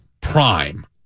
prime